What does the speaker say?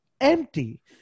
empty